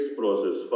process